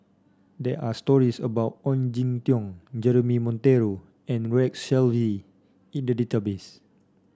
there are stories about Ong Jin Teong Jeremy Monteiro and Rex Shelley in the database